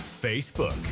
Facebook